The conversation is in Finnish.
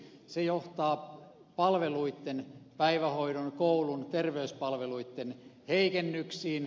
se johtaa palveluitten päivähoidon koulun terveyspalveluitten heikennyksiin